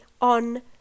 on